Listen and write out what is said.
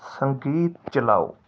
ਸੰਗੀਤ ਚਲਾਓ